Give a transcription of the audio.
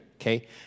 okay